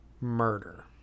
murder